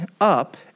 up